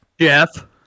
Jeff